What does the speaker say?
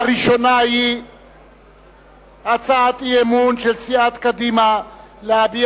הראשונה היא הצעת אי-אמון של סיעת קדימה להביע